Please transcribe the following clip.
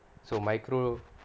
so micro